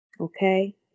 Okay